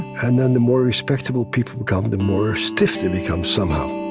and then the more respectable people become, the more stiff they become somehow